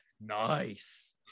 nice